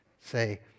say